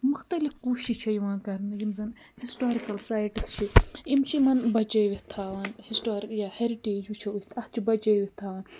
مُختلِف کوٗشِش چھےٚ یِوان کَرنہٕ یِم زَن ہِسٹورِکَل سایٹٕس چھِ یِم چھِ یِمَن بَچٲوِتھ تھاوان ہِسٹور یا ہٮ۪رِٹیج وٕچھو أسۍ اَتھ چھِ بَچٲوِتھ تھاوان